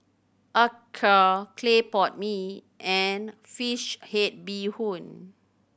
acar clay pot mee and fish head bee hoon